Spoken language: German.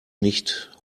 nicht